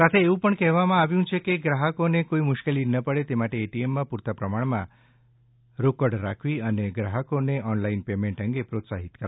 સાથે એવું પણ કહેવાયું છે કે ગ્રાહકોને કોઈ મુશ્કેલી ન પડે તે માટે પ્રમાણમાં કેશ રાખવી અને ગ્રાહકોને ઓનલાઈન પેમેન્ટ અંગે પ્રોત્સાહિત કરવા